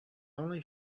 only